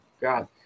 God